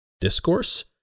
discourse